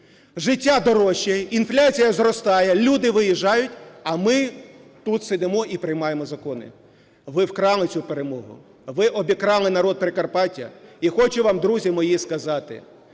життя дорожчає, інфляція зростає, люди виїжджають, а ми тут сидимо і приймаємо закони. Ви вкрали цю перемогу. Ви обікрали народ Прикарпаття. І хочу вам, друзі мої, сказати,